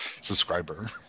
subscriber